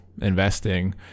investing